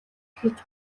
эхэлж